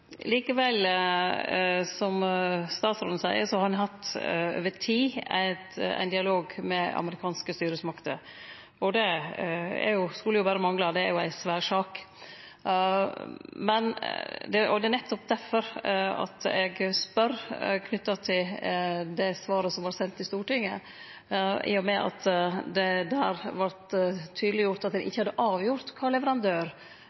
Likevel, som statsråden seier, så har ein over tid hatt ein dialog med amerikanske styresmakter. Det skulle berre mangle, det er jo ei svær sak. Og det er nettopp difor eg spør – knytt til det svaret som var sendt til Stortinget. Der vart det tydeleggjort at det ikkje var avgjort kva leverandør ein skulle velje, kva system ein skulle velje, og det vart